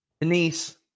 Denise